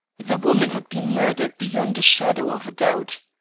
the woman had been murdered beyond a shadow of a doubt.